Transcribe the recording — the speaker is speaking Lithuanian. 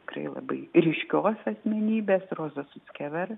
tikrai labai ryškios asmenybės rozos suckever